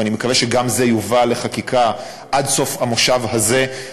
ואני מקווה שגם זה יובא לחקיקה עד סוף המושב הזה,